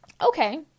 Okay